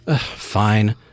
Fine